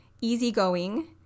easygoing